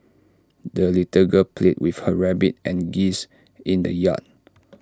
the little girl played with her rabbit and geese in the yard